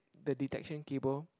the detection cable